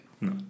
no